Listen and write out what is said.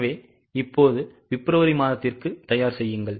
எனவே இப்போது பிப்ரவரி மாதத்திற்கும் தயார் செய்யுங்கள்